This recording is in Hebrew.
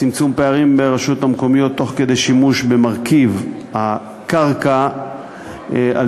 צמצום פערים בין הרשויות המקומיות תוך שימוש במרכיב הקרקע על